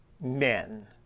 men